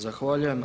Zahvaljujem.